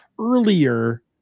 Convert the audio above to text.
earlier